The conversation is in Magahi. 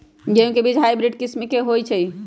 गेंहू के बीज हाइब्रिड किस्म के होई छई?